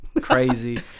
crazy